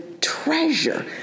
treasure